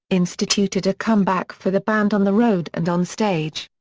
instituted a comeback for the band on the road and on stage.